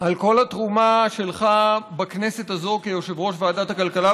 על כל התרומה שלך בכנסת הזאת כיושב-ראש ועדת הכלכלה,